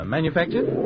Manufactured